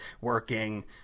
working